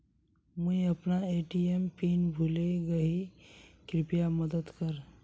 मुई अपना ATM PIN भूले गही कृप्या मदद कर